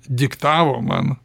diktavo man